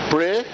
Pray